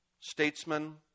statesman